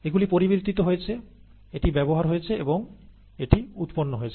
এগুলি পরিবর্তিত হয়েছে এটি ব্যবহার হয়েছে এবং এটি উৎপন্ন হয়েছে